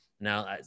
Now